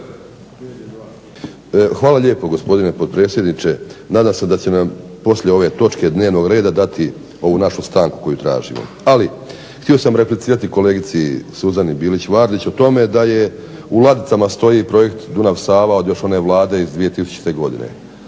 Hvala lijepo gospodine potpredsjedniče. Nadam se da će nam poslije ove točke dnevnog reda dati ovu našu stanku koju tražimo. Ali htio sam replicirati kolegici Suzani Bilić Vardić o tome da je u ladicama stoji projekt Dunav-Save još one vlade iz 2000. godine.